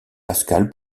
pascal